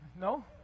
No